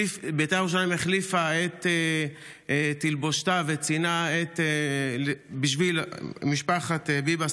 בית"ר ירושלים החליפה את תלבושתה בשביל משפחת ביבס,